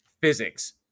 physics